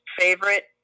favorite